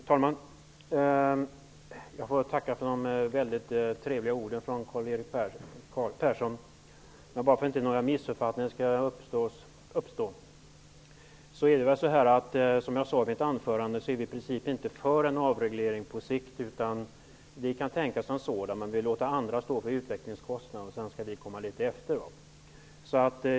Herr talman! Låt mig tacka för de mycket trevliga orden från Karl-Erik Persson. För att inte några missuppfattningar skall uppstå vill jag säga att vi inte är mot en avreglering på sikt. Vi kan tänka oss en sådan, men vi låter andra stå för utvecklingskostnaderna. Sedan kan vi komma litet efter.